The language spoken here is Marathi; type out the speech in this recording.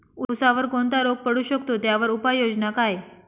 ऊसावर कोणता रोग पडू शकतो, त्यावर उपाययोजना काय?